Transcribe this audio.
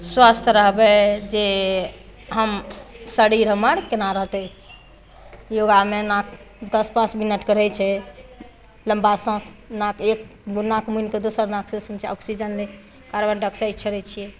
स्वस्थ रहबै जे हम शरीर हमर केना रहतै योगा लेना दश पाँच मिनटके रहै छै लम्बा साँस नाक एक ओ नाक मुनि कऽ दोसर नाक से दोसर नाकसँ ऑक्सीजन लै कार्बन डाइऑक्साइड छोड़ैत छियै